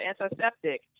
antiseptic